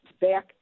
back